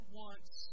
wants